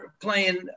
playing